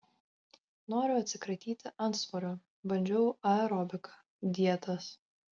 noriu atsikratyti antsvorio bandžiau aerobiką dietas